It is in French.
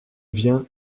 viens